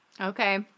Okay